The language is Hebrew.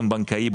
דוגמאות.